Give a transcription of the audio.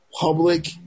public